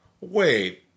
Wait